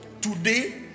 Today